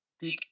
big